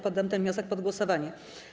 Poddam ten wniosek pod głosowanie.